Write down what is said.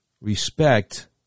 respect